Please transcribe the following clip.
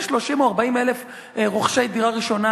יש 30,000 או 40,000 רוכשי דירה ראשונה